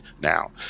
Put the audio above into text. now